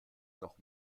noch